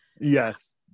yes